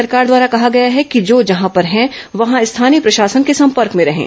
राज्य सरकार द्वारा कहा गया है कि जो जहां पर हैं वहां स्थानीय प्रशासन के संपर्क में रहें